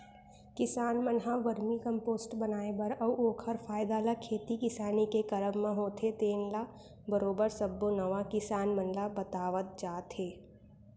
किसान मन ह वरमी कम्पोस्ट बनाए बर अउ ओखर फायदा ल खेती किसानी के करब म होथे तेन ल बरोबर सब्बो नवा किसान मन ल बतावत जात हे